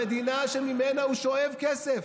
המדינה שממנה הוא שואב כסף,